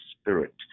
spirit